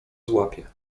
złapie